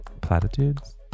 platitudes